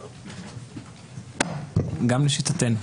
גם לשיטתנו.